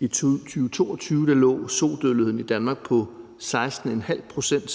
I 2022 lå sodødeligheden i Danmark på 16,5 pct.,